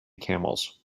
camels